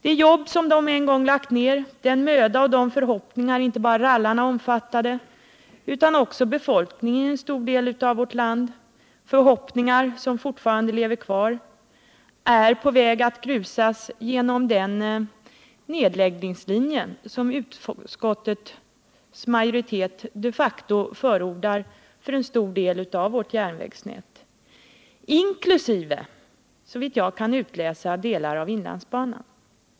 Det jobb som de en gång lagt ned, den möda och de förhoppningar som inte bara rallarna omfattade utan också befolkningen i en stor del av vårt land — förhoppningar som fortfarande lever kvar — är på väg att grusas genom den nedläggningslinje som utskottets majoritet de facto förordar för en betydande del av vårt järnvägsnät, såvitt jag kan utläsa inkl. delar av inlandsbanan.